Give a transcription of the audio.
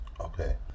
Okay